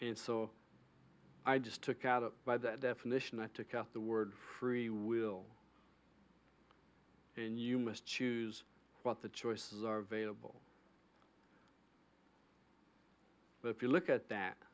and so i just took out a by that definition i took out the word free will and you must choose what the choices are available but if you look at that